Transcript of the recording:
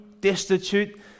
destitute